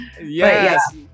Yes